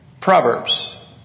Proverbs